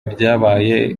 byabaye